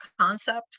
Concept